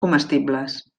comestibles